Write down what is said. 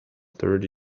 thirty